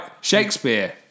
Shakespeare